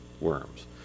worms